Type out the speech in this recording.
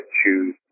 choose